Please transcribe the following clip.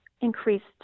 increased